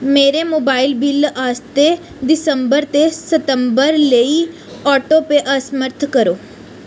मेरे मोबाइल बिल्ल आस्तै दिसंबर ते सितंबर लेई ऑटोपे असमर्थ करो